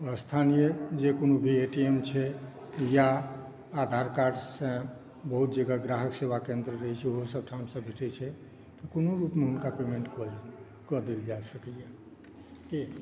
स्थानीय जे कोनो भी ए टी एम छै या आधार कार्डसे बहुत जगह ग्राहक सेवा केंद्र रहै छै ओहोसभ ठामसे भेटै छै कोनो रूपमे हुनका पेमेंट कऽ देल जा सकैया की